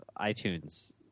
iTunes